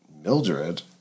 Mildred